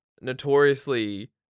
notoriously